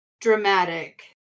dramatic